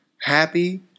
Happy